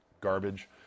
garbage